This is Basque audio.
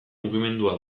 mugimendua